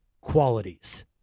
qualities